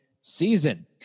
season